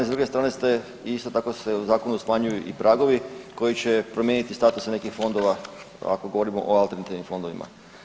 S druge strane ste isto tako se u zakonu smanjuju i pragovi koji će promijeniti statuse nekih fondova, ako govorimo o alternativnim fondovima.